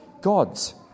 gods